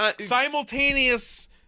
simultaneous